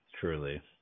Truly